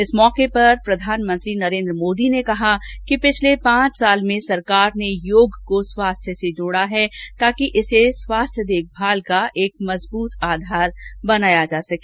इस मौके पर प्रधानमंत्री नरेन्द्र मोदी ने कहा कि पिछले पांच वर्ष में सरकार ने योग को स्वास्थ्य से जोड़ा है ताकि इसे स्वास्थ्य देखभाल का एक मजबूत आधार बनाया जा सके